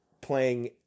playing